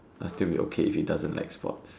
I still be okay if he doesn't like sports